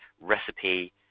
recipe